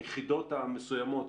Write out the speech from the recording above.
היחידות המסוימות,